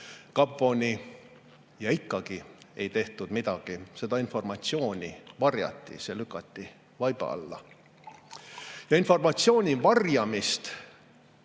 kaponi. Ikkagi ei tehtud midagi, seda informatsiooni varjati, see lükati vaiba alla. Informatsiooni varjamist